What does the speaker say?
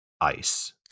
ice